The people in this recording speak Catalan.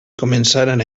començaren